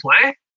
play